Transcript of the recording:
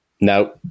No